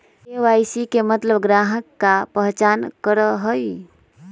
KYC के मतलब ग्राहक का पहचान करहई?